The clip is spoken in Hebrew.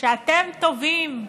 שאתם טובים,